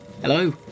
Hello